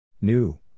New